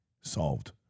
solved